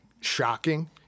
shocking